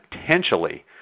potentially